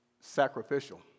sacrificial